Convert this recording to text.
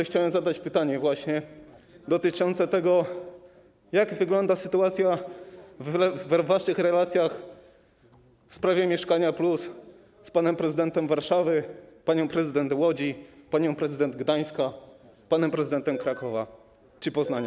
Chciałem zadać pytanie dotyczące właśnie tego, jak wygląda sytuacja w waszych relacjach w sprawie „Mieszkania+” z panem prezydentem Warszawy, panią prezydent Łodzi, panią prezydent Gdańska, panem prezydentem Krakowa czy Poznania.